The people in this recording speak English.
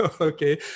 okay